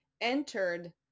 entered